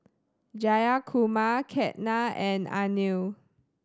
Jayakumar Ketna and Anil